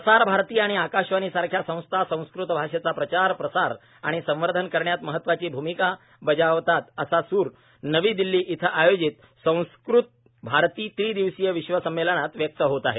प्रसारभारती आणि आकाशवाणी सारख्या संस्था संस्कृत आषेचा प्रचार प्रसार आणि संवर्धन करण्यात महत्वाची भूमिका बजावतात असा सूर नवी दिल्ली इथं आयोजित संस्कृत भारती त्रि दिवसीय विश्व संमेलनात व्यक्त होत आहे